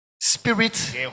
Spirit